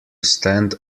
stand